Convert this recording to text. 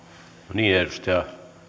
niin edustaja